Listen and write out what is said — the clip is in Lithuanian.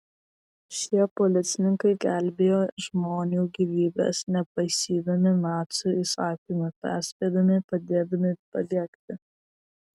šie policininkai gelbėjo žmonių gyvybes nepaisydami nacių įsakymų perspėdami padėdami pabėgti